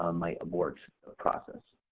um might abort the process.